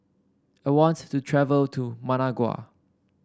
I want to travel to Managua